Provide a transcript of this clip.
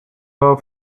her